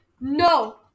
No